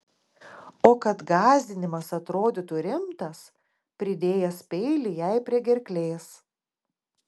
o kad gąsdinimas atrodytų rimtas pridėjęs peilį jai prie gerklės